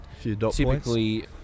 typically